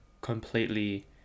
completely